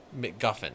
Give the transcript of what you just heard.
...McGuffin